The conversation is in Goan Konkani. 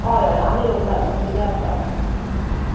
होय होय आमी रोयतात आमगेलें आसा